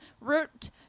Route